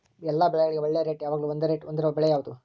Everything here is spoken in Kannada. ಎಲ್ಲ ಬೆಳೆಗಳಿಗೆ ಒಳ್ಳೆ ರೇಟ್ ಯಾವಾಗ್ಲೂ ಒಂದೇ ರೇಟ್ ಹೊಂದಿರುವ ಬೆಳೆ ಯಾವುದು?